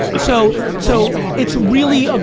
so so, it's really, ah